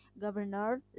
governor